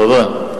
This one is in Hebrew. תודה.